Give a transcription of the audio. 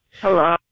Hello